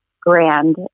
grand